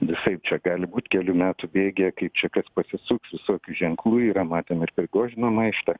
visaip čia gali būt kelių metų bėgyje kaip čia kas pasisuks visokių ženklų yra matėm ir prigožino maištą